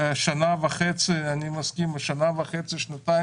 שנה וחצי או שנתיים,